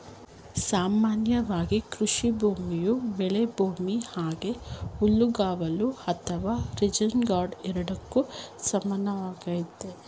ಸಾಮಾನ್ಯವಾಗಿ ಕೃಷಿಭೂಮಿಯು ಬೆಳೆಭೂಮಿ ಹಾಗೆ ಹುಲ್ಲುಗಾವಲು ಅಥವಾ ರೇಂಜ್ಲ್ಯಾಂಡ್ ಎರಡಕ್ಕೂ ಸಮಾನವಾಗೈತೆ